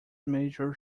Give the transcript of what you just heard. major